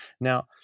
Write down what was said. Now